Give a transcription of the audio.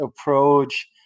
approach